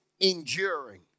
enduring